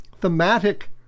thematic